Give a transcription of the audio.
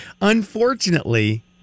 unfortunately